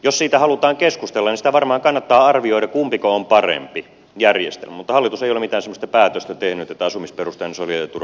jos siitä halutaan keskustella niin sitä varmaan kannattaa arvioida kumpiko on parempi järjestelmä mutta hallitus ei ole mitään semmoista päätöstä tehnyt että asumisperusteinen sosiaaliturva puretaan